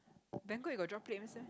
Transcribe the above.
Bangkok you got meh